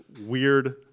weird